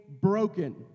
broken